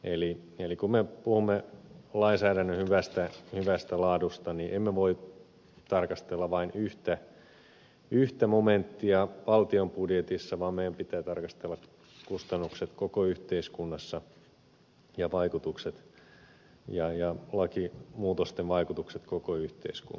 eli kun me puhumme lainsäädännön hyvästä laadusta niin emme voi tarkastella vain yhtä momenttia valtion budjetissa vaan meidän pitää tarkastella kustannuksia koko yhteiskunnassa ja lakimuutosten vaikutuksia koko yhteiskuntaan